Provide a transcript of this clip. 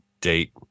date